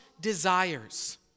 desires